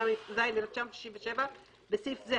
התשכ"ז-1967 (בסעיף זה,